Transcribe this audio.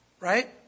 Right